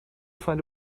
find